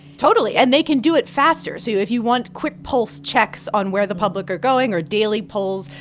totally. and they can do it faster. so if you want quick pulse checks on where the public are going or daily polls,